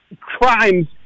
crimes